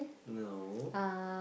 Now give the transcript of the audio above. no